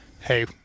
hey